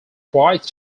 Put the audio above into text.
tries